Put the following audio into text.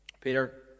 Peter